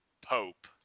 Pope